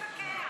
איך נפקח?